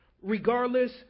regardless